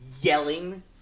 yelling